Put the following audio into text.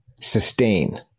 sustain